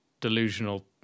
delusional